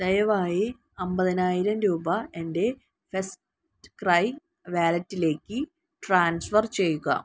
ദയവായി അൻപതിനായിരം രൂപ എൻ്റെ ഫസ്റ്റ് ക്രൈ വാലറ്റിലേക്ക് ട്രാൻസ്ഫർ ചെയ്യുക